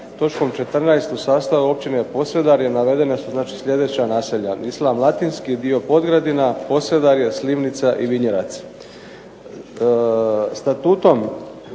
točkom 14. u sastavu Općine Posedarje navedena su sljedeća naselja Islam Latinski, Dio Podgradina, Posedarje, Slivnica i Vinjerac.